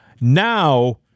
now